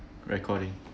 recording